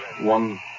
one